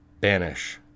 Banish